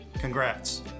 Congrats